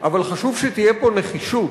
אבל חשוב שתהיה פה נחישות,